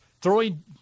throwing